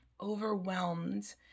overwhelmed